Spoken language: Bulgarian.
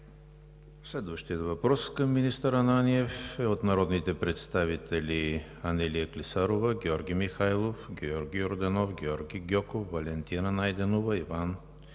Следващият въпрос към министър Ананиев е от народните представители Анелия Клисарова, Георги Михайлов, Георги Йорданов, Георги Гьоков, Валентина Найденова, Иван